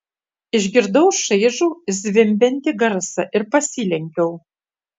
išgirdau šaižų zvimbiantį garsą ir pasilenkiau